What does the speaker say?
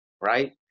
right